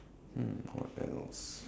hmm what else